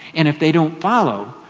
and if they don't follow,